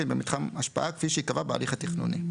במתחם השפעה כפי שייקבע בהליך התכנוני,